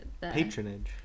Patronage